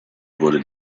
wurde